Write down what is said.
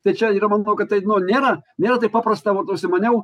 tai čia manau kad tai nėra nėra taip paprasta vat užsimaniau